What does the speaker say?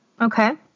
okay